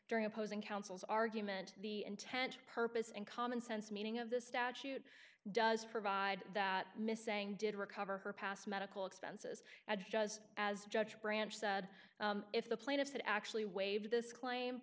during opposing counsel's argument the intent purpose and common sense meaning of the statute does provide that missing did recover her past medical expenses at just as judge branch said if the plaintiff had actually waived this claim